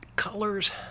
Colors